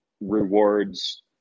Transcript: rewards